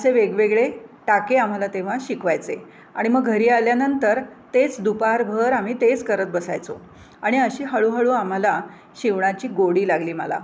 असे वेगवेगळे टाके आम्हाला तेव्हा शिकवायचे आणि मग घरी आल्यानंतर तेच दुपारभर आम्ही तेच करत बसायचो आणि अशी हळूहळू आम्हाला शिवणाची गोडी लागली मला